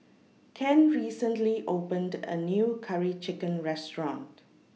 Ken recently opened A New Curry Chicken Restaurant